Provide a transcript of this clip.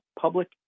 Public